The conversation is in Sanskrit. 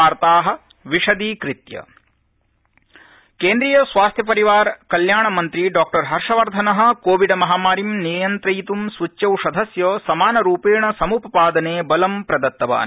वार्ताः विशदीकृत्य कोविड अद्यतनम् केन्द्रीय स्वास्थ्य परिवार कल्याणमन्त्री डॉ हर्षवर्धन कोविडमहामारीं नियन्त्रयितुं सूच्यौषधस्य समानरूपेण समुपपादने बलं प्रदत्तवान्